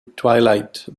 twilight